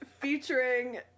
featuring